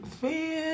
fan